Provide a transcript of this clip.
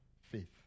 faith